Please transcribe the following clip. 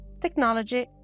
technology